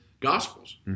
Gospels